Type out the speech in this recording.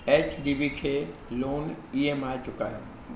H D B खे loan E M I चुकायो